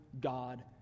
God